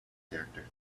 character